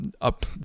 up